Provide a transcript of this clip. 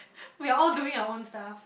we all doing our own stuff